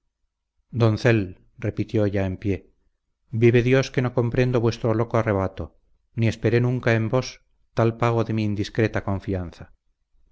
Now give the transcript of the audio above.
doncel repitió ya en pie vive dios que no comprendo vuestro loco arrebato ni esperé nunca en vos tal pago de mi indiscreta confianza